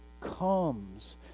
comes